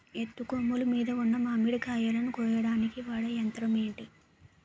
ఎత్తు కొమ్మలు మీద ఉన్న మామిడికాయలును కోయడానికి వాడే యంత్రం ఎంటి?